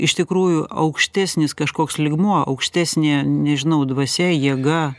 iš tikrųjų aukštesnis kažkoks lygmuo aukštesnė nežinau dvasia jėga